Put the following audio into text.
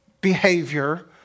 behavior